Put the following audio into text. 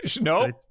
No